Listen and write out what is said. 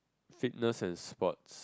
fitness and sports